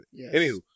Anywho